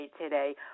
Today